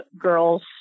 girls